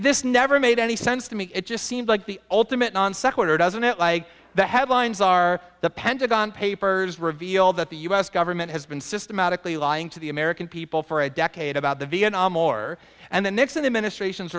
this never made any sense to me it just seemed like the ultimate non sequitur doesn't it like the headlines are the pentagon papers reveal that the us government has been systematically lying to the american people for a decade about the vietnam war and the nixon administration's